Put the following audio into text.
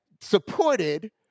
supported